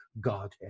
Godhead